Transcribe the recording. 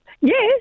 Yes